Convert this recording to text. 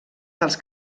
dels